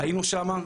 היינו שם,